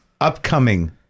upcoming